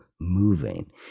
moving